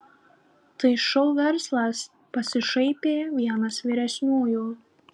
tai šou verslas pasišaipė vienas vyresniųjų